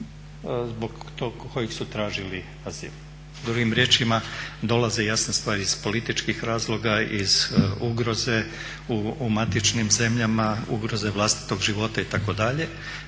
zbog kojeg su tražili azil. Drugim riječima, dolaze jasna stvar iz političkih razloga, iz ugroze u matičnim zemljama, ugroze vlastitog života itd.,